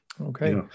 Okay